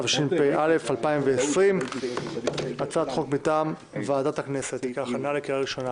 התשפ"א 2020. הצעת חוק מטעם ועדת הכנסת כהכנה לקריאה ראשונה.